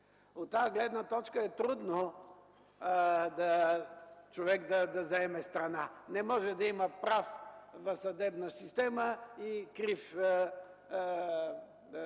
От тази гледна точка е трудно човек да заеме страна. Не може да има прав в съдебна система и крив министър